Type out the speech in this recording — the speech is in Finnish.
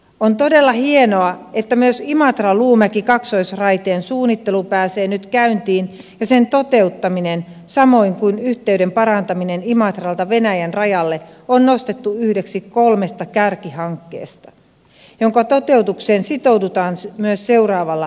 on todella hienoa että myös imatraluumäki kaksoisraiteen suunnittelu pääsee nyt käyntiin ja sen toteuttaminen samoin kuin yhteyden parantaminen imatralta venäjän rajalle on nostettu yhdeksi kolmesta kärkihankkeesta ja sen toteutukseen sitoudutaan myös seuraavalla hallituskaudella